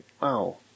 wow